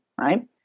right